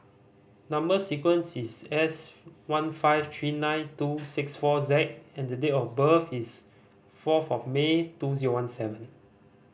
number sequence is S one five three nine two six four Z and the date of birth is fourth of May two zero one seven